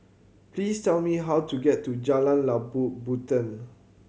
please tell me how to get to Jalan Labu Puteh